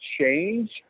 change